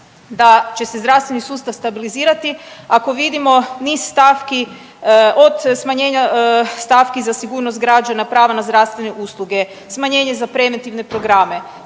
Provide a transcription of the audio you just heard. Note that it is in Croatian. da će se zdravstveni sustav stabilizirati ako vidimo niz stavki od smanjenja stavki za sigurnost građana, prava na zdravstvene usluge, smanjenje za preventivne program?